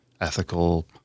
ethical